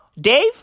Dave